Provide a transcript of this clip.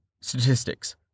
Statistics